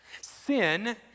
Sin